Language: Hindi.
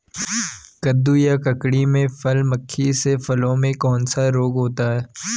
कद्दू या ककड़ी में फल मक्खी से फलों में कौन सा रोग होता है?